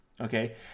Okay